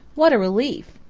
what a relief!